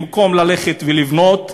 במקום ללכת ולבנות,